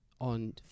on